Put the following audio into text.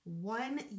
One